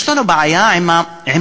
יש לנו בעיה עם המטרות.